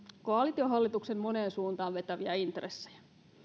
koalitiohallituksen moneen suuntaan vetäviä intressejä